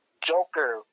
Joker